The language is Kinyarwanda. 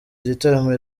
igitaramo